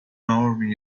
army